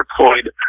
deployed